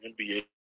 NBA